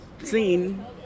seen